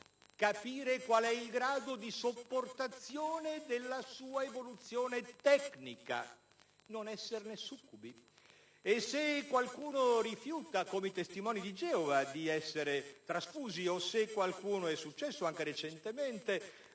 capire qual è il grado di sopportazione della sua evoluzione tecnica, non esserne succubi e se qualcuno rifiuta, come i testimoni di Geova, di essere trasfuso o se, come è successo anche recentemente,